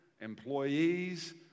employees